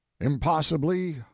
impossibly